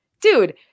dude